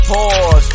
Pause